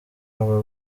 aba